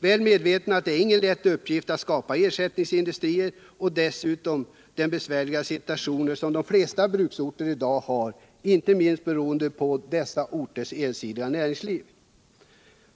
Jag är naturligtvis medveten om att det inte är någon lätt uppgift att skapa ersättningsindustrier, särskilt inte med tanke på den besvärliga situation de flesta bruksorter i dag har, inte minst beroende på dessa orters ensidiga näringsliv.